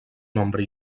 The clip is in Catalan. nombre